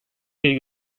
bir